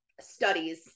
studies